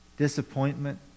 disappointment